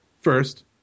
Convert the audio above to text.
First